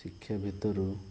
ଶିକ୍ଷା ଭିତରୁ